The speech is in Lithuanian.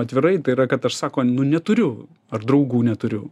atvirai tai yra kad aš sako nu neturiu ar draugų neturiu